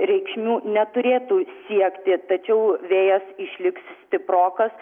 reikšnių neturėtų siekti tačiau vėjas išliks stiprokas